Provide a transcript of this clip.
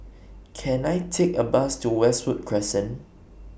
Can I Take A Bus to Westwood Crescent